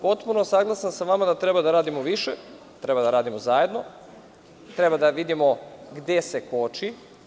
Potpuno sam saglasan sa vama da treba da radimo više, da treba da radimo zajedno, treba da vidimo gde se koči.